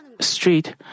street